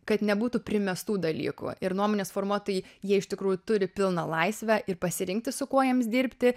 kad nebūtų primestų dalykų ir nuomonės formuotojai jie iš tikrųjų turi pilną laisvę ir pasirinkti su kuo jiems dirbti